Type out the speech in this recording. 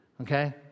Okay